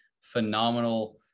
phenomenal